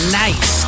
nice